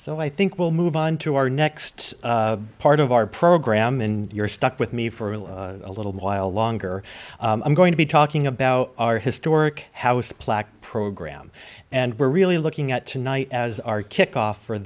so i think we'll move on to our next part of our program in you're stuck with me for a little while longer i'm going to be talking about our historic house plaque program and we're really looking at tonight as our kickoff for